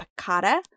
piccata